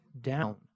down